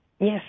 Yes